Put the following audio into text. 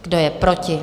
Kdo je proti?